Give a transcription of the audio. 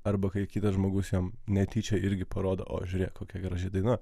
arba kai kitas žmogus jam netyčia irgi parodo o žiūrėk kokia graži daina